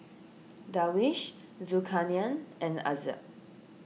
Darwish Zulkarnain and Izzat